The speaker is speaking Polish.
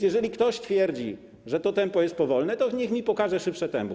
Jeżeli więc ktoś twierdzi, że to tempo jest powolne, to niech mi pokaże szybsze tempo.